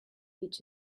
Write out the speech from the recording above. each